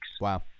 Wow